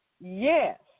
Yes